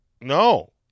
No